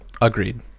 agreed